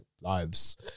lives